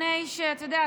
אתה יודע,